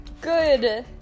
good